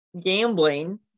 gambling